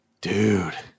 dude